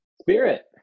Spirit